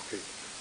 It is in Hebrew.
אוקיי.